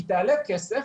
היא תעלה כסף.